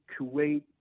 Kuwait